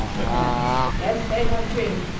tana yes, they have drink.